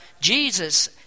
Jesus